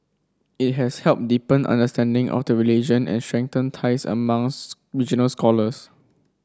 it has helped deepen understanding of the religion and ties among regional scholars